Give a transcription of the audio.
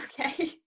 okay